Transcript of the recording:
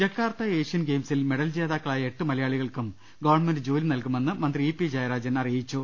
Jakarta Asian ഗെയിംസിൽ medal ജേതാക്കളായ എട്ടു മലയാളികൾക്കും ഗവൺമെന്റ് ജോലി നൽകുമെന്ന് മന്ത്രി ഇ പി ജയര്ാജൻ അറിയിച്ചു